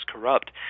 corrupt